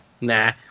nah